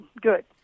good